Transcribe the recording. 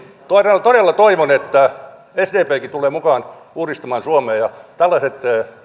todella todella toivon että sdpkin tulee mukaan uudistamaan suomea ja tällaiset